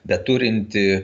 bet turinti